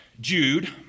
Jude